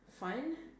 fun